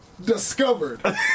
discovered